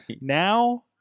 Now